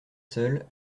seul